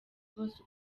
bose